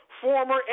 Former